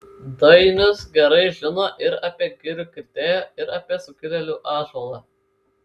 dainius gerai žino ir apie girių kirtėją ir apie sukilėlių ąžuolą